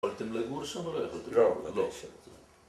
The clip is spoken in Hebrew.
יכולתם לגור שם או לא יכולתם לגור שם? לא, לא.